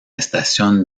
estación